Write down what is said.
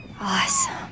Awesome